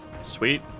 sweet